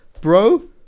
bro